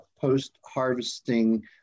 post-harvesting